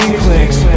clicks